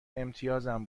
امتیازم